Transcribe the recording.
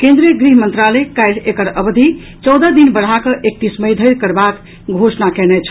केन्द्रीय गृह मंत्रालय काल्हि एकर अवधि चौदह दिन बढ़ा कऽ एकतीस मई धरि करबाक घोषणा कयने छल